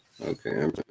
Okay